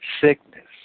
sickness